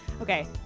okay